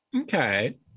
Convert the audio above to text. Okay